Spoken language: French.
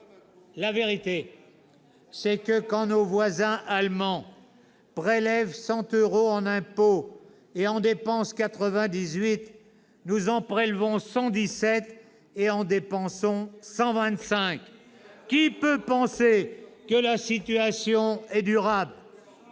La vérité, c'est que quand nos voisins allemands prélèvent 100 euros en impôts et en dépensent 98, nous en prélevons 117 et en dépensons 125. Qui peut penser que la situation est durable ?